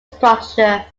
structure